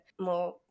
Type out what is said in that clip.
more